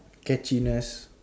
catchiness